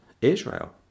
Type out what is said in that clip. Israel